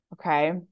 okay